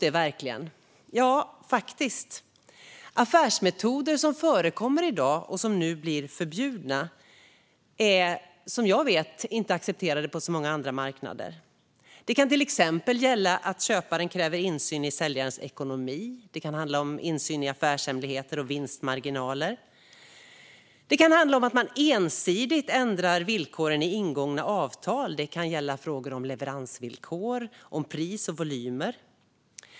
Ja, det gör det faktiskt. Affärsmetoder som förekommer i dag och som nu blir förbjudna är, vad jag vet, inte accepterade på så många andra marknader. Det kan till exempel gälla att köparen kräver insyn i säljarens ekonomi, affärshemligheter och vinstmarginaler. Det kan handla om att man ensidigt ändrar villkoren i ingångna avtal. Det kan gälla frågor om leveransvillkor, pris och volymer.